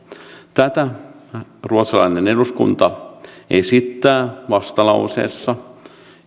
tätä ruotsalainen eduskuntaryhmä esittää vastalauseessa